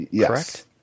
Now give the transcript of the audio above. correct